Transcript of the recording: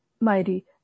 mighty